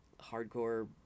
hardcore